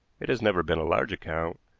it has never been a large account,